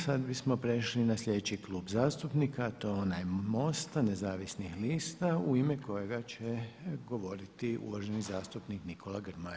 Sada bismo prešli na sljedeći klub zastupnika, to je onaj MOST-a Nezavisnih lista u ime kojega će govoriti uvaženi zastupnik Nikola Grmoja.